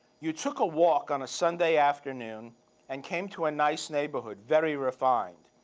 you took a walk on a sunday afternoon and came to a nice neighborhood, very refined.